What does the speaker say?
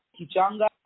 Kichanga